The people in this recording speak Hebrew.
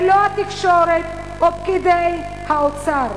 ולא התקשורת או פקידי האוצר.